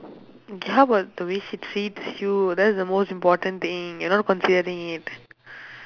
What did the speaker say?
okay how about the way she treats you that's the most important thing you're not considering it